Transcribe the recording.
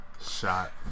shot